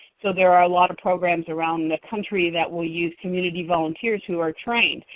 so, there are a lot of programs around the country that will use community volunteers who are trained.